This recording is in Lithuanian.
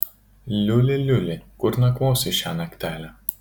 liuli liuli kur nakvosi šią naktelę